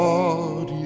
God